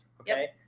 Okay